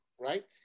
right